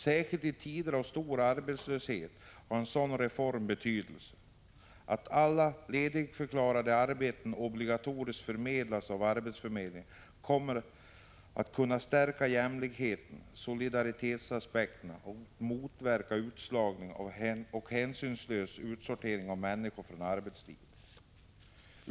Särskilt i tider av stor arbetslöshet har en sådan reform betydelse. Om alla ledigförklarade arbeten obligatoriskt förmedlas av arbetsförmedlingen kommer jämlikhetsoch solidaritetsaspekterna att kunna stärkas och utslagning och hänsynslös utsortering av människor från arbetslivet att motverkas.